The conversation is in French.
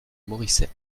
moricet